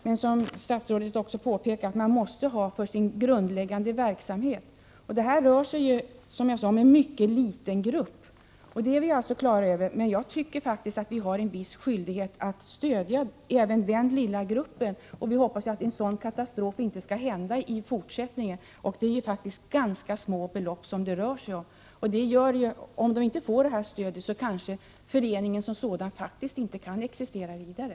Men som statsrådet också påpekade måste man ha pengar för sin grundläggande verksamhet. Det rör sig här om en mycket liten grupp, som jag sade. Jag tycker faktiskt att vi har en viss skyldighet att stödja även den lilla gruppen. Vi hoppas naturligtvis att en sådan katastrof inte skall hända igen. Det är faktiskt ganska små belopp det rör sig om. Om föreningen inte får det här stödet kanske föreningen inte kan existera vidare.